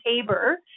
Tabor